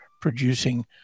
producing